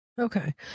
Okay